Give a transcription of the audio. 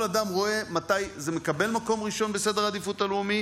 כל אדם רואה מתי זה מקבל מקום ראשון בסדר העדיפויות הלאומי